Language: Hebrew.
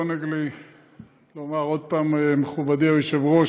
לעונג לי לומר עוד פעם מכובדי היושב-ראש,